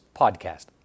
Podcast